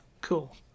Cool